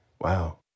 Wow